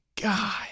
God